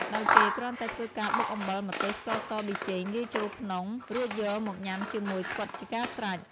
ដោយគេគ្រាន់តែធ្វើការបុកអំបិល ម្ទេស ស្ករស ប៊ីចេងលាយចូលក្នុង រួចយកមកញ៉ាំជាមួយខ្វិតជាការស្រេច។